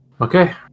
Okay